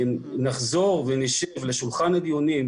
נחזור לשולחן הדיונים,